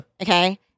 Okay